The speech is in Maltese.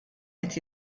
qed